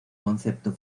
concepto